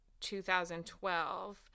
2012